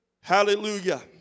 Hallelujah